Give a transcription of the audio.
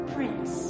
Prince